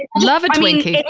and love a twinkie, and